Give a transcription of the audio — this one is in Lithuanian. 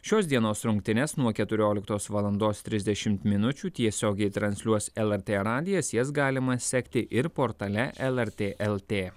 šios dienos rungtynes nuo keturioliktos valandos trisdešim minučių tiesiogiai transliuos lrt radijas jas galima sekti ir portale lrt lt